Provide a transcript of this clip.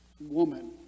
woman